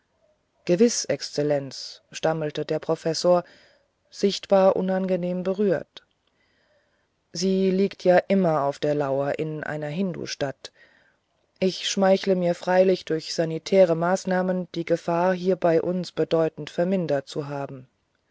exzellenz stammelte der professor sichtbar unangenehm berührt sie liegt ja immer auf der lauer in einer hindustadt ich schmeichle mir freilich durch sanitäre maßnahmen die gefahr hier bei uns bedeutend vermindert zu haben